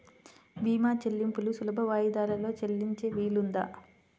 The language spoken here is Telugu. భీమా చెల్లింపులు సులభ వాయిదాలలో చెల్లించే వీలుందా?